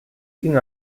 ging